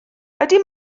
ydy